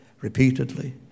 repeatedly